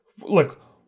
Look